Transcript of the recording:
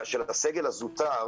של הסגל הזוטר